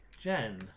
Jen